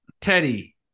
Teddy